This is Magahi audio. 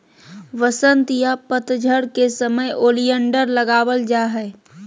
वसंत या पतझड़ के समय ओलियंडर लगावल जा हय